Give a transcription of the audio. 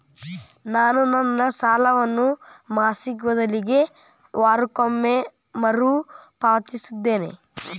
ನಾನು ನನ್ನ ಸಾಲವನ್ನು ಮಾಸಿಕ ಬದಲಿಗೆ ವಾರಕ್ಕೊಮ್ಮೆ ಮರುಪಾವತಿಸುತ್ತಿದ್ದೇನೆ